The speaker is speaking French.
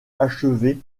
achevé